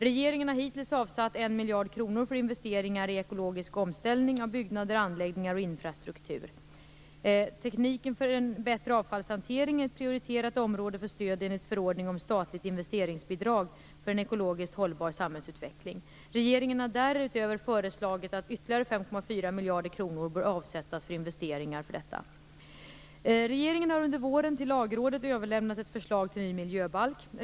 Regeringen har hittills avsatt 1 miljard kronor för investeringar i ekologisk omställning av byggnader, anläggningar och infrastruktur, den s.k. kretsloppsmiljarden. Tekniken för en bättre avfallshantering är ett prioriterat område för stöd enligt förordning om statligt investeringsbidrag för en ekologiskt hållbar samhällsutveckling. Regeringen har därutöver föreslagit att ytterligare 5,4 miljarder kronor bör avsättas för investeringar för ekologisk omställning. Regeringen har under våren till Lagrådet överlämnat ett förslag till ny miljöbalk.